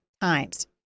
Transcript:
times